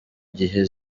gihe